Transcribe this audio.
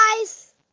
guys